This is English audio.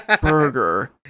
Burger